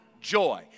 joy